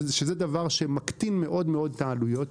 זה דבר שמקטין מאוד מאוד את העלויות,